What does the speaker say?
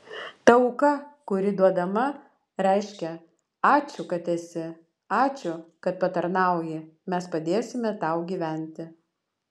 ta auka kuri duodama reiškia ačiū kad esi ačiū kad patarnauji mes padėsime tau gyventi